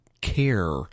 care